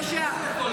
היה על ההצבעה הקודמת.